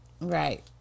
Right